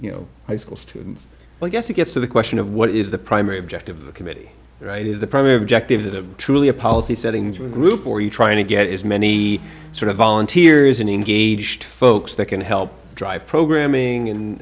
you know high school students i guess it gets to the question of what is the primary objective the committee right is the primary objective that a truly a policy settings or a group or you trying to get as many sort of volunteers and engaged folks that can help drive programming